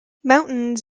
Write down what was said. mountains